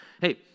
hey